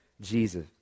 Jesus